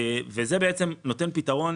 זה נותן פתרון,